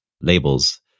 labels